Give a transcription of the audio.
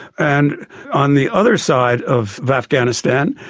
and on the other side of of afghanistan,